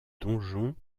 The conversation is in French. donjon